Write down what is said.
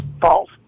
false